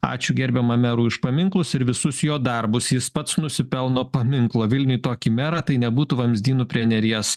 ačiū gerbiamam merui už paminklus ir visus jo darbus jis pats nusipelno paminklo vilniuj tokį merą tai nebūtų vamzdynų prie neries